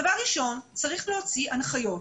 דבר ראשון, צריך להוציא הנחיות.